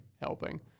helping